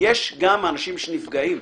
יש גם אנשים שנפגעים,